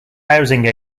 housing